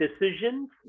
decisions